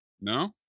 no